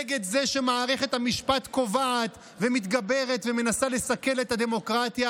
נגד זה שמערכת המשפט קובעת ומתגברת ומנסה לסכל את הדמוקרטיה.